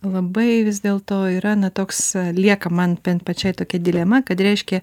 labai vis dėl to yra na toks lieka man bent pačiai tokia dilema kad reiškia